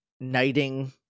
knighting